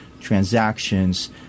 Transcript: transactions